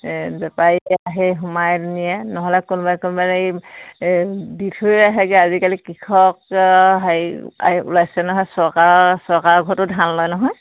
বেপাৰী আহি সোমাই নিয়ে নহ'লে কোনোবাই কোনোবাই এই দি থৈ আহেগৈ আজিকালি কৃষক হেৰি ওলাইছে নহয় চৰকাৰৰ চৰকাৰৰ ঘৰতো ধান লয় নহয়